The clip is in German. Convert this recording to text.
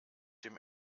dem